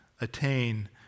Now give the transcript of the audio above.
attain